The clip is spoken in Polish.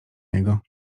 niego